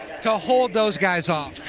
to hold those guys off